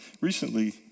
recently